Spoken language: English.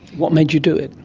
what made you do it?